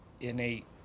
innate